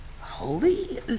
Holy